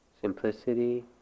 Simplicity